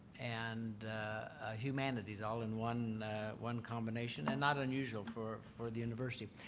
and humanities all in one one combination and not unusual for for the university.